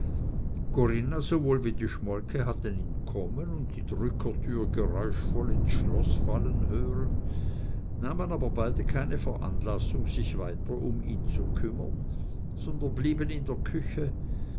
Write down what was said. corinna sowohl wie die schmolke hatten ihn kommen und die drückertür geräuschvoll ins schloß fallen hören nahmen aber beide keine veranlassung sich weiter um ihn zu kümmern sondern blieben in der küche